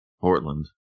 Portland